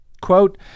quote